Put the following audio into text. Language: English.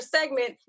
segment